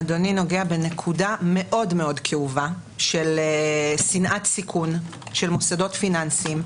אדוני נוגע בנקודה מאוד מאוד כאובה של שנאת סיכון של מוסדות פיננסיים.